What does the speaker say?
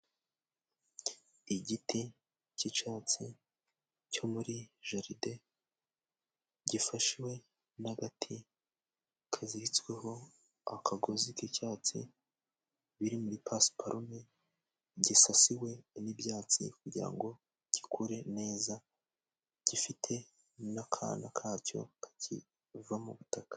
Igiti cyi'icyatsi cyo muri jaride, gifashwe n'agati kaziritsweho akagozi k'icyatsi, biri muri pasiparume, gisasiwe n'ibyatsi kugira ngo gikure neza, gifite n'akana kacyo kakivamo mu butaka.